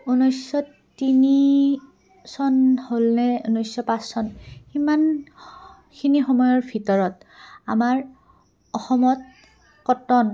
ঊনৈছশ তিনি চন হ'লনে ঊনৈছশ পাঁচ চন সিমানখিনি সময়ৰৰ ভিতৰত আমাৰ অসমত কটন